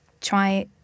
try